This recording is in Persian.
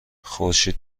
خورشید